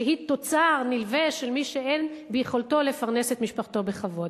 שהיא תוצר נלווה של מי שאין ביכולתו לפרנס את משפחתו בכבוד.